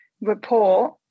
report